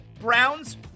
Browns